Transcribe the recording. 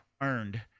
earned